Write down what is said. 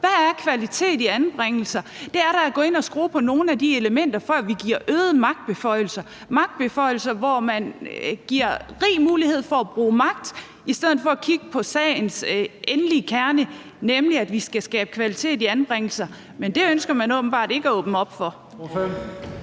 Hvad er kvalitet i anbringelser? Det er da at gå ind og skrue på nogle af de elementer, før vi giver øgede magtbeføjelser – magtbeføjelser, hvor man giver rig mulighed for at bruge magt i stedet for at kigge på sagens egentlige kerne, nemlig at vi skal skabe kvalitet i anbringelser. Men det ønsker man åbenbart ikke at åbne op for.